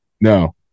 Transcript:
No